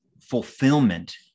fulfillment